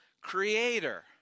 creator